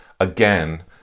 Again